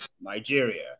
Nigeria